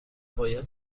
باید